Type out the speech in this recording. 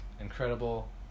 incredible